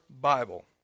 Bible